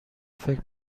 فکر